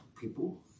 people